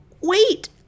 wait